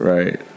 Right